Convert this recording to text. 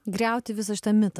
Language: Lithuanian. griauti visą šitą mitą